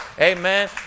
Amen